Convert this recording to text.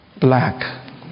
Black